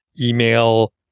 email